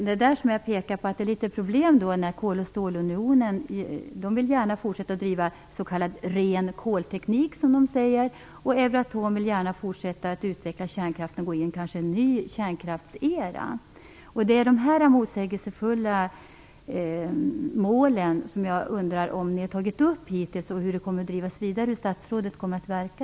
Jag har pekat på att det finns problem i och med att kol och stålunionen gärna vill fortsätta att driva s.k. ren kolteknik. Euratom vill gärna fortsätta utveckla kärnkraften och gå in i en ny kärnkraftsera. Det är dessa motsägelsefulla mål som jag undrar om ni har tagit upp hittills. Hur kommer frågan att drivas vidare? Hur kommer statsrådet att verka?